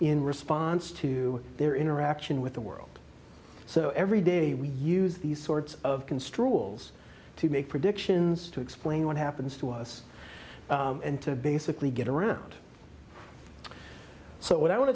in response to their interaction with the world so every day we use these sorts of can struggles to make predictions to explain what happens to us and to basically get around so what i want